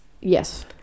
yes